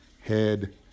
Head